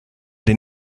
den